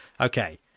Okay